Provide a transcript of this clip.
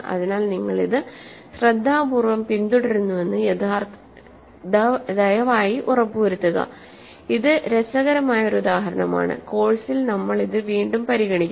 അതിനാൽ നിങ്ങൾ ഇത് ശ്രദ്ധാപൂർവ്വം പിന്തുടരുന്നുവെന്ന് ദയവായി ഉറപ്പുവരുത്തുക ഇത് രസകരമായ ഒരു ഉദാഹരണമാണ് കോഴ്സിൽ നമ്മൾ ഇത് വീണ്ടും പരിഗണിക്കും